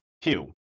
Hugh